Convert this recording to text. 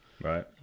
right